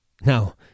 Now